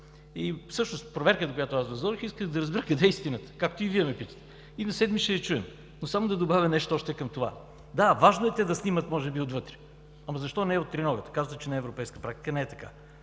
Всъщност с проверката, която аз възложих, исках да разбера къде е истината, както и Вие ме питате, и на 7-ми ще я чуем. Но само да добавя още нещо към това. Да, важно е те да снимат може би отвътре, ама защо не и триногата? Казвате, че не е европейска практика, не е така.